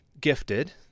gifted